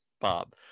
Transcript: bob